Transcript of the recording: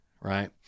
right